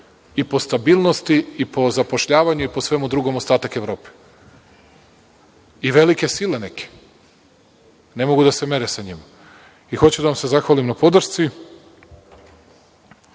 i po stabilnosti i po zapošljavanju i po svemu drugom, ostatak Evrope. I velike sile neke ne mogu da se mere sa njima. Hoću da vam se zahvalim na podršci.